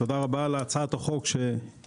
תודה רבה על הצעת החוק שהגשת.